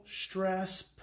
stress